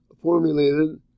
formulated